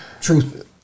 truth